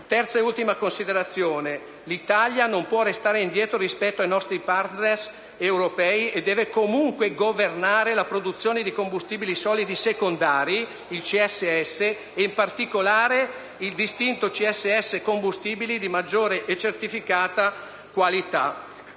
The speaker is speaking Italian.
terza e ultima considerazione è che l'Italia non può restare indietro rispetto ai nostri *partner* europei e deve comunque governare la produzione di combustibili solidi secondari (CSS), e in particolare il distinto CSS-combustibili di maggiore e certificata qualità.